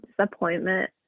disappointment